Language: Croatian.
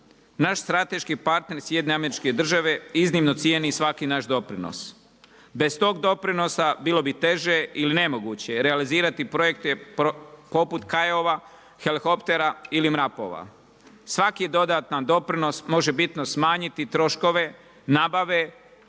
Naš strateški partner SAD iznimno cijeni svaki naš doprinos. Bez tog doprinosa bilo bi teže ili nemoguće realizirati projekte poput Kajova, helikoptera ili MRAP-ova. Svaki dodatan doprinos može bitno smanjiti troškove nabave